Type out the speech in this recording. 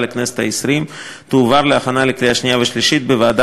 לכנסת ה-20) תועבר להכנה לקריאה שנייה ושלישית בוועדה